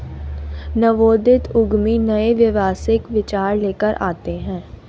नवोदित उद्यमी नए व्यावसायिक विचार लेकर आते हैं